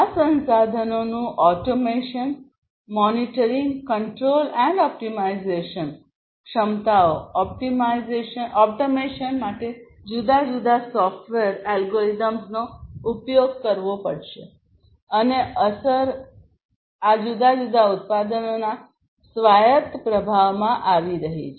આ સંસાધનોનું automation monitoring control અને ઓપ્ટિમાઇઝેશન ક્ષમતાઓ ઓટોમેશન માટે જુદા જુદા સોફ્ટવેર એલ્ગોરિધમ્સનો ઉપયોગ કરવો પડશે અને અસર આ જુદા જુદા ઉત્પાદનોના સ્વાયત્ત પ્રભાવમાં આવી રહી છે